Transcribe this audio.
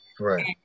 Right